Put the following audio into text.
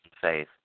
faith